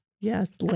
Yes